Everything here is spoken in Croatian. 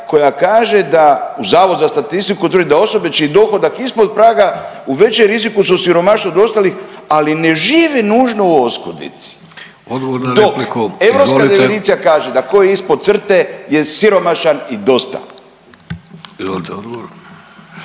koja kaže da u zavod za statistiku tvrdi da osoba čiji dohodak ispod praga u većem riziku su od siromaštva od ostalih, ali ne živi nužno u oskudici. …/Upadica: Odgovor na repliku izvolite./… Dok europska definicija kaže da tko je ispod crte je siromašan i dosta.